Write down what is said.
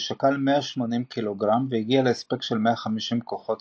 ששקל 180 קילוגרם והגיע להספק של 150 כוח סוס,